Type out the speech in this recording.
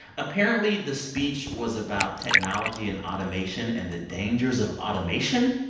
apparently, the speech was about technology and automation and the dangers of automation.